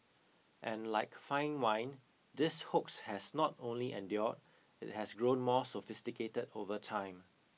and like fine wine this hoax has not only endured it has grown more sophisticated over time